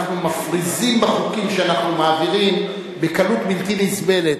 אנחנו מפריזים בחוקים שאנחנו מעבירים בקלות בלתי נסבלת.